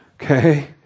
Okay